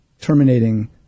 terminating